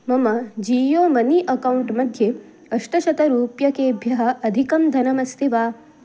मम Jio money account मध्ये अष्टशतरूप्यकेभ्यः अधिकं धनमस्ति वा